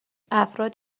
افراد